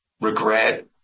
regret